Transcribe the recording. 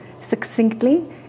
succinctly